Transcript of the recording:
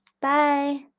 bye